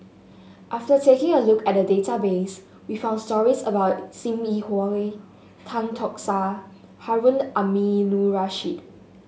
after taking a look at the database we found stories about Sim Yi Hui Tan Tock San Harun Aminurrashid